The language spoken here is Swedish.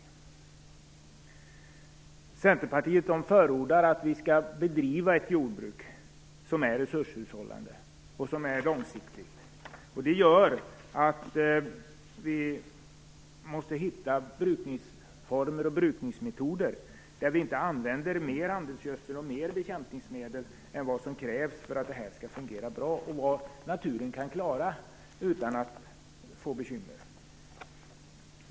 Vi i Centerpartiet förordar ett jordbruk som är resurshushållande och långsiktigt. Det förutsätter brukningsformer och brukningsmetoder, där inte mer handelsgödsel och bekämpningsmedel används än vad som krävs för att det skall fungera bra och vad naturen kan klara utan bekymmer.